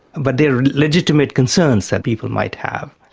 but they are legitimate concerns that people might have.